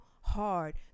hard